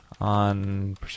on